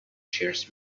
shares